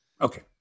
Okay